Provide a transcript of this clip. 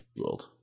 World